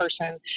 person